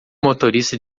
motorista